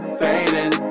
fading